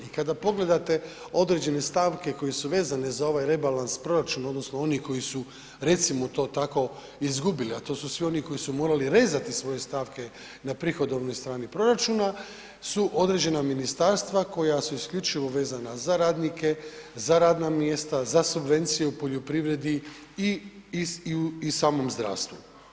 I kada pogledate određene stavke koje su vezane za ovaj rebalans proračuna odnosno oni koji su recimo to tako izgubili, a to su svi oni koji su morali rezati svoje stavke na prihodovnoj strani proračuna su određena ministarstva koja su isključivo vezana za radnike, za radna mjesta, za subvenciju u poljoprivredi i samo zdravstvu.